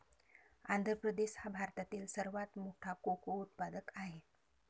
आंध्र प्रदेश हा भारतातील सर्वात मोठा कोको उत्पादक आहे